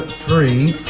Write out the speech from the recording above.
three,